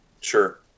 Sure